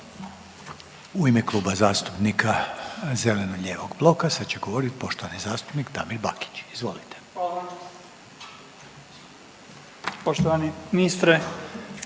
U ime Kluba zastupnika zeleno-lijevog bloka sad će govorit poštovani zastupnik Damir Bakić, izvolite. **Bakić, Damir (Možemo!)** Poštovani ministre,